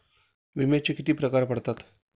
विम्याचे किती प्रकार पडतात?